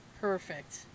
Perfect